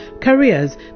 careers